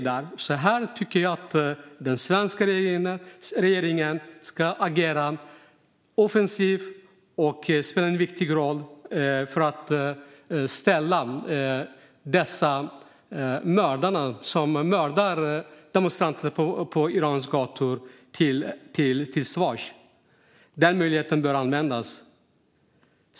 Jag tycker att den svenska regeringen ska agera offensivt och spela en viktig roll för att ställa dessa mördare, de som mördar demonstranter på Irans gator, till svars. Den möjligheten bör användas.